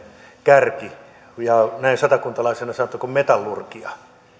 kärki näin satakuntalaisena sanottakoon metallurgia